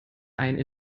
einen